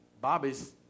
Bobby's